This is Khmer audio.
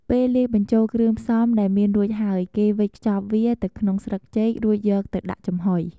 ពេលលាយបញ្ចូលគ្រឿងផ្សំដែលមានរួចហើយគេវេចខ្ចប់វាទៅក្នុងស្លឹកចេករួចយកទៅដាក់ចំហុយ។